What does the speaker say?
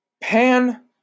pan